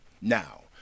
Now